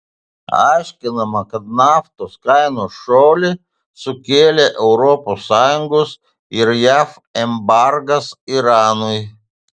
aiškinama kad naftos kainos šuolį sukėlė europos sąjungos ir jav embargas iranui